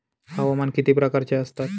हवामान किती प्रकारचे असतात?